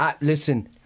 listen